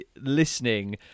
listening